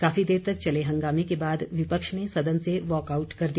काफी देर तक चले हंगामे के बाद विपक्ष ने सदन से वाकआउट कर दिया